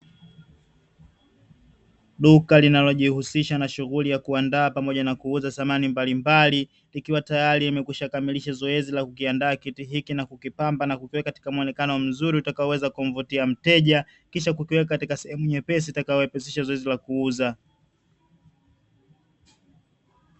Duka linalojihusisha na shughuli ya kuandaa pamoja na kuuza samani mbalimbali, likiwa tayari limekwisha kukamilisha zoezi la kukiandaa kiti hiki na kukipamba na kukiweka katika muonekano mzuri utakaoweza kumvutia mteja, kisha kukiweka katika sehemu nyepesi itakayorahisisha zoezi la kuuza.